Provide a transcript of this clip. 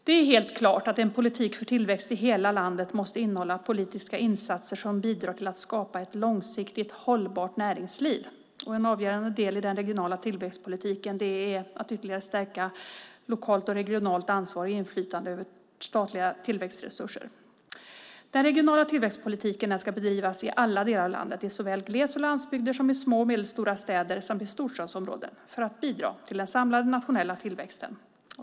Det är helt klart att en politik för tillväxt i hela landet måste innehålla politiska insatser som bidrar till att skapa ett långsiktigt hållbart näringsliv. En avgörande del i den regionala tillväxtpolitiken är att ytterligare stärka lokalt och regionalt ansvar och inflytande över statliga tillväxtresurser. Den regionala tillväxtpolitiken ska bedrivas i alla delar av landet, såväl i glesbygd och landsbygd som i små och medelstora städer samt i storstadsområden för att bidra till den samlade nationella tillväxten.